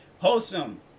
wholesome